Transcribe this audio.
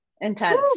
intense